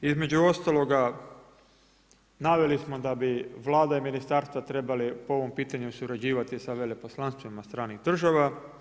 Između ostaloga naveli smo da bi Vlada i ministarstva trebali po ovom pitanju surađivati sa veleposlanstvima stranih država.